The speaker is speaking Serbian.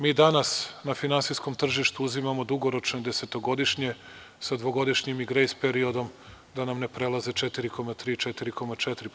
Mi danas na finansijskom tržištu uzimamo dugoročne desetogodišnje, sa dvogodišnjim i grejs periodom, da nam ne prelaze 4,3 – 4,4%